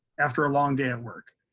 after a long day at work.